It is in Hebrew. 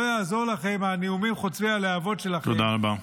לא יעזרו לכם הנאומים חוצבי הלהבות שלכם -- תודה רבה.